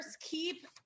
Keep